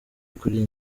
kuri